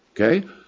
Okay